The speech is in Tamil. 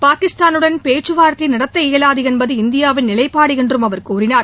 பாகிஸ்தானுடன் பேச்சுவார்த்தை நடத்த இயலாது என்பது இந்தியாவின் நிலைபாடு என்றும் அவர் கூறினார்